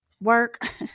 work